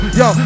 yo